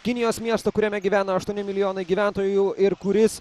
kinijos miesto kuriame gyvena aštuoni milijonai gyventojų ir kuris